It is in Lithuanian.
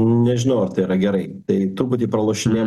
nežinau ar tai yra gerai tai truputį pralošinėjam